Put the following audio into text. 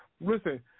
Listen